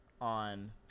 on